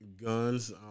guns